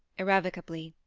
irrevocably.